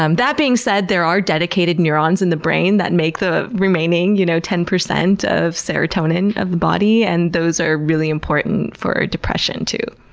um that being said, there are dedicated neurons in the brain make the remaining you know ten percent of serotonin of the body, and those are really important for depression, too.